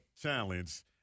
challenge –